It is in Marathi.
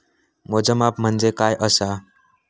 मोजमाप म्हणजे काय असा?